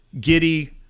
Giddy